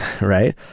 right